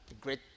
great